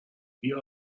بیا